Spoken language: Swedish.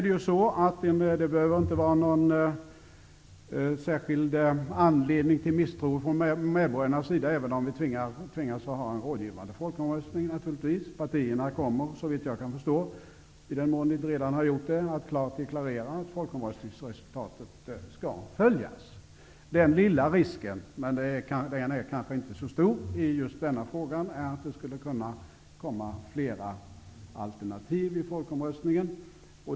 Det behöver naturligtvis inte finnas någon särskild anledning till misstro från medborgarnas sida, även om vi tvingas att ha en rådgivande folkomröstning. Såvitt jag kan förstå kommer partierna -- i den mån de inte redan har gjort det -- att klart deklarera att folkomröstningsresultatet skall följas. Det finns en liten risk för att det skulle kunna ingå flera alternativ i folkomröstningen.